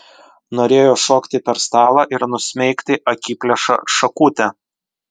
norėjo šokti per stalą ir nusmeigti akiplėšą šakute